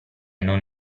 non